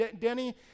Denny